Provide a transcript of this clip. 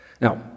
Now